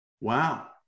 wow